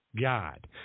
God